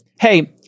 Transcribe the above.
hey